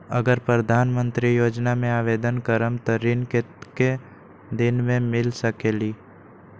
अगर प्रधानमंत्री योजना में आवेदन करम त ऋण कतेक दिन मे मिल सकेली?